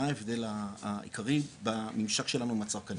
מה ההבדל העיקרי בממשק שלנו עם הצרכנים.